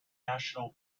national